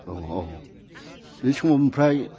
अ बे समाव ओमफ्राय